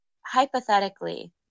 hypothetically